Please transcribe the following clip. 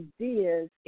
ideas